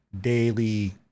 daily